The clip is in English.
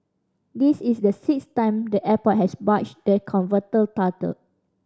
this is the sixth time the airport has bagged the coveted title